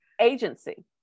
Agency